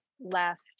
left